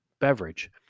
beverage